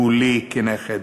שהוא לי כנכד.